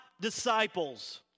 disciples